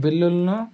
బిల్లులని